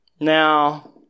Now